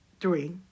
three